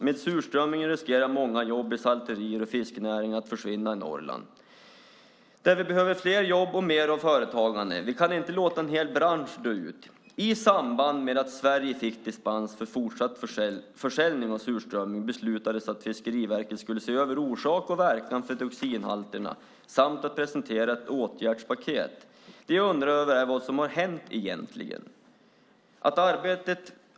Med surströmmingen riskerar många jobb i salterier och fiskerinäringen att försvinna i Norrland där vi behöver fler jobb och mer av företagande. Vi kan inte låta en hel bransch dö ut. I samband med att Sverige fick dispens för fortsatt försäljning av surströmming beslutades att Fiskeriverket skulle se över orsak och verkan för dioxinhalterna samt presentera ett åtgärdspaket. Vi undrar vad som egentligen har hänt.